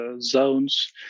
zones